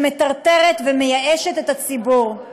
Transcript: שמטרטרת ומייאשת את הציבור.